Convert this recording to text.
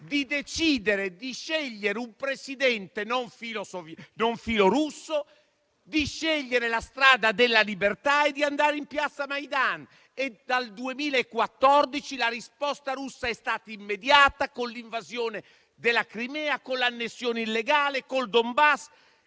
di decidere e di scegliere un Presidente non filorusso, di scegliere la strada della libertà e di andare in Piazza Maidan. Dal 2014 la risposta russa è stata immediata con l'invasione della Crimea, con l'annessione illegale, con quanto